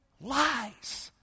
lies